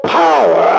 power